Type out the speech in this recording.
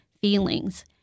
feelings